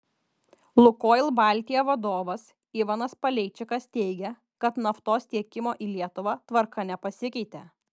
lukoil baltija vadovas ivanas paleičikas teigė kad naftos tiekimo į lietuvą tvarka nepasikeitė